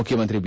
ಮುಖ್ಯಮಂತ್ರಿ ಬಿ